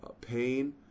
pain